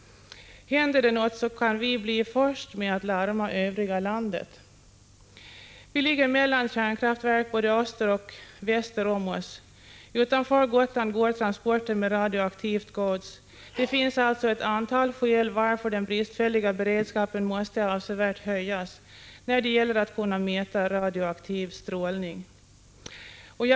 Händer det något, så kan vi bli först med att larma övriga landet. Vi ligger mellan kärnkraftverk både öster och väster om oss. Utanför Gotland går transporter med radioaktivt gods. Det finns alltså ett antal skäl till att den bristfälliga beredskapen måste höjas avsevärt när det gäller att kunna mäta radioaktiv strålning.